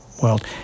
world